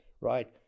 Right